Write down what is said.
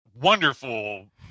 wonderful